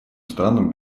странам